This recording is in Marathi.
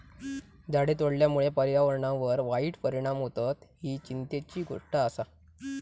झाडे तोडल्यामुळे पर्यावरणावर वाईट परिणाम होतत, ही चिंतेची गोष्ट आसा